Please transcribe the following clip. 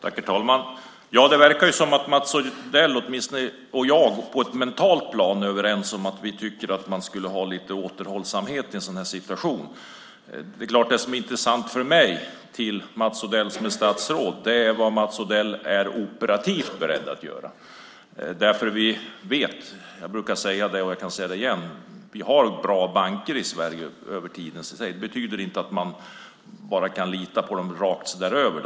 Herr talman! Det verkar som att Mats Odell och jag åtminstone på ett mentalt plan är överens om att man skulle ha lite återhållsamhet i en sådan här situation. Det som är intressant för mig att veta är vad Mats Odell operativt är beredd att göra. Jag brukar säga det och kan säga det igen: Vi har bra banker i Sverige. Men det betyder inte att man kan lita på dem rakt över.